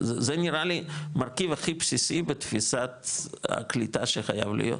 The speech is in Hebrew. זה נראה לי מרכיב הכי בסיסי בתפיסת הקליטה שחייב להיות,